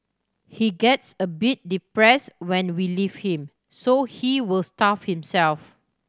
he gets a bit depress when we leave him so he will starve himself